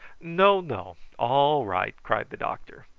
no, no all right! cried the doctor.